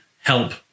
help